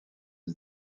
des